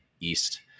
East